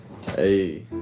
Hey